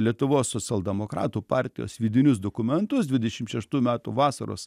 lietuvos socialdemokratų partijos vidinius dokumentus dvidešim šeštų metų vasaros